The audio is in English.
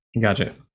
Gotcha